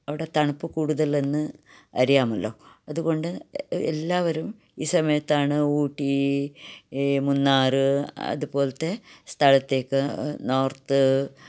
അവിടെ തണുപ്പ് കൂടുതലെന്ന് അറിയാമല്ലൊ അതുകൊണ്ട് എല്ലാവരും ഈ സമയത്താണ് ഊട്ടി മുന്നാറ് അതുപോലത്തെ സ്ഥലത്തേക്ക് നോർത്ത്